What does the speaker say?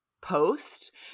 post